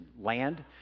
land